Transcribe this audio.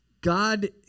God